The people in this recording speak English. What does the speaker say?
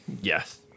Yes